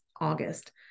August